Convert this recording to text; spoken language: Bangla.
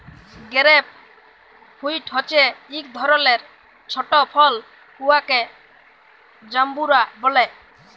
গেরেপ ফ্রুইট হছে ইক ধরলের ছট ফল উয়াকে জাম্বুরা ব্যলে